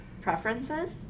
preferences